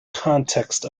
context